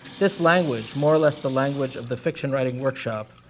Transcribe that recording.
this language more or less the language of the fiction-writing workshop,